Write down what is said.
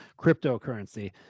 cryptocurrency